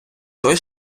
той